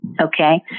Okay